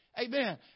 Amen